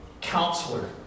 counselor